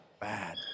bad